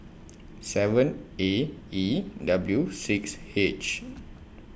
seven A E W six H